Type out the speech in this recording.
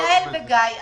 יעל וגיא,